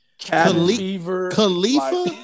Khalifa